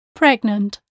pregnant